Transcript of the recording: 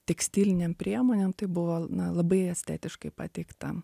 tekstiliniam priemonėm tai buvo na labai estetiškai pateikta